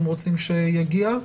רוצים שיגיע.